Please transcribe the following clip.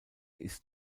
ist